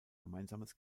gemeinsames